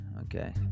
okay